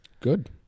Good